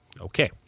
Okay